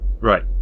Right